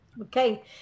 Okay